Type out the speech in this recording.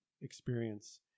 experience